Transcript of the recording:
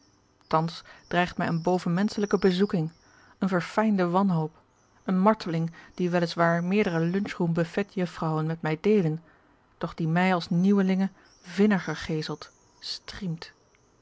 thans dreigt mij eene bovenmenschelijke bezoeking een verfijnde wanhoop een marteling die wel is waar meerdere lunchroom buffetjuffrouwen met mij deelen doch die mij als nieuwelinge vinniger geeselt striemt